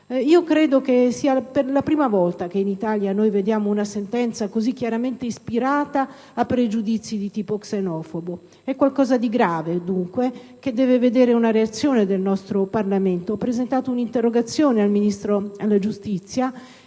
Credo sia la prima volta che in Italia viene emessa una sentenza così chiaramente ispirata a pregiudizi di tipo xenofobo. È qualcosa di grave che, dunque, deve vedere una reazione del nostro Parlamento. Ho presentato al riguardo l'interrogazione 4-02351 al Ministro della giustizia